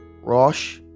Rosh